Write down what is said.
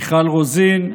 מיכל רוזין: